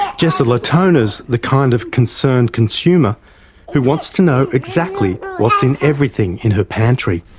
jessa latona's the kind of concerned consumer who wants to know exactly what's in everything in her pantry.